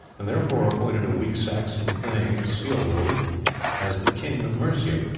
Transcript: and therefore appointed a weak saxon thane, ceolwulf, as the king of mercia.